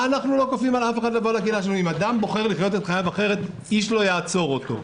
אם אדם בוחר לחיות את חייו אחרת איש לא יעצור אותו.